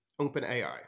OpenAI